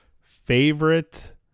Favorite